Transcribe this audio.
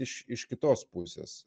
iš iš kitos pusės